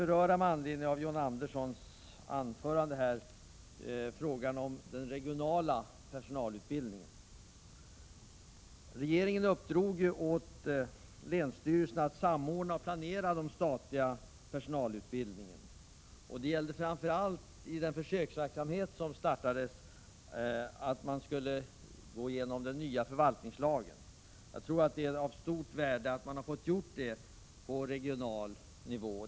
Med anledning av John Anderssons anförande tänkte jag beröra frågan om den regionala personalutbildningen. Regeringen uppdrog åt länsstyrelsen att samordna och planera den statliga personalutbildningen. I den försöksverk samhet som startades gällde det framför allt att gå igenom den nya förvaltningslagen. Jag tror att det är av stort värde att detta har blivit gjort på regional nivå.